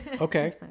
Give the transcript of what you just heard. okay